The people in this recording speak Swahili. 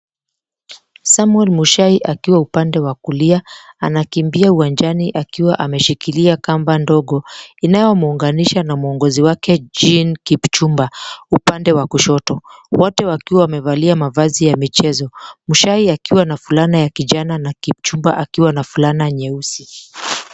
Samwel Mushai akiwa upande wa kulia anakimbia uwanjani akiwa ameshikilia kamba ndogo inayomuunganisha na mwongozi wake Jean Kipchumba upande wa kushoto. Wote wakiwa wamevalia mavazi ya michezo. Mushai akiwa na fulana ya kijani na Kipchumba akiwa na fulana nyeusi.